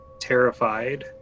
terrified